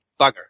bugger